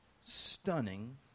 stunning